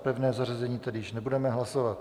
Pevné zařazení tedy již nebudeme hlasovat.